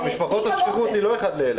במשפחות השכיחוּת היא לא אחד ל-1,000,